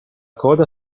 coda